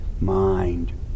mind